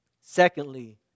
Secondly